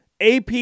AP